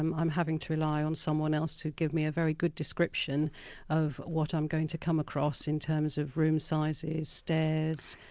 i'm i'm having to rely on someone else to give me a very good description of what i'm going to come across in terms of room sizes, stairs,